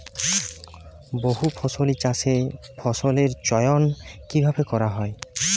বহুফসলী চাষে ফসলের চয়ন কীভাবে করা হয়?